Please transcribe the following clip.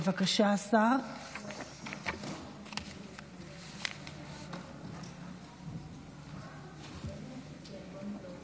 בבקשה, השר.